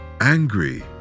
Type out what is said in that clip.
angry